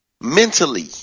mentally